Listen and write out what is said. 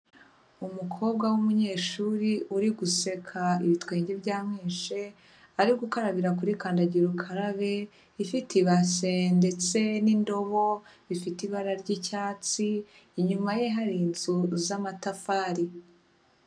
Umukobwa w'umunyeshuri uri guseka ibitwenge byamwishe, ari gukarabira kuri kandagirukarabe ifite ibase ndetse n'indobo ifite ibara ryicyatsi, inyuma ye hari inzu zamatafari.